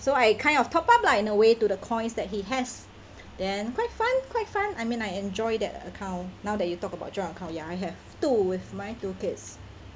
so I kind of top up lah in a way to the coins that he has then quite fun quite fun I mean I enjoy that account now that you talk about joint account ya I have two with my two kids